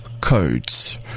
codes